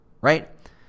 right